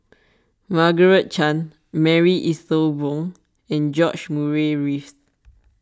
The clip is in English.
Margaret Chan Marie Ethel Bong and George Murray Reith